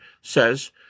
says